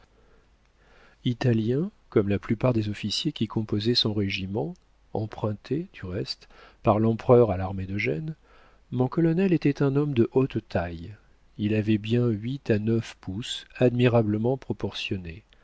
italien comme la plupart des officiers qui composaient son régiment emprunté du reste par l'empereur à l'armée d'eugène mon colonel était un homme de haute taille il avait bien huit à neuf pouces admirablement proportionné